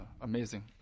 amazing